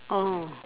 oh